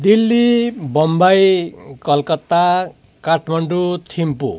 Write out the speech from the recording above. Delhi Bombay Calcutta Kathmandu Thimphu